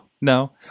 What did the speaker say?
no